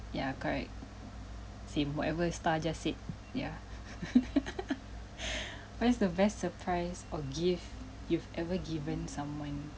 ya correct same whatever star just said ya what is the best surprise or gift you've ever given someone